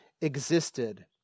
existed